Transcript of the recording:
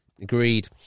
Agreed